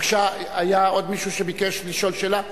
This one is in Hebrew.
בבקשה, היה עוד מישהו שביקש לשאול שאלה?